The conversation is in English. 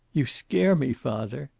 you scare me, father.